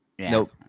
Nope